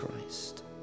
Christ